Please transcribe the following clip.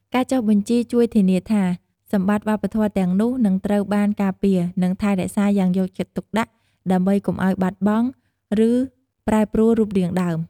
ការចុះបញ្ជីជួយធានាថា សម្បត្តិវប្បធម៌ទាំងនោះនឹងត្រូវបានការពារ និងថែរក្សាយ៉ាងយកចិត្តទុកដាក់ ដើម្បីកុំឱ្យបាត់បង់ ឬប្រែប្រួលរូបរាងដើម។